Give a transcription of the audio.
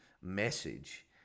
message